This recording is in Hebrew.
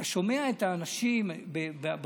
אתה שומע את האנשים במדינה,